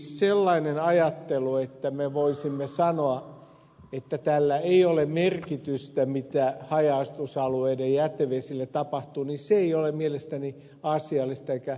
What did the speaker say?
sellainen ajattelu että me voisimme sanoa että ei ole merkitystä mitä haja asutusalueiden jätevesille tapahtuu ei ole mielestäni asiallista eikä relevanttia